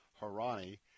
Harani